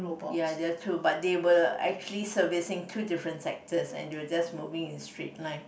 ya there are two but they were actually serving two different sectors and they were just moving in straight line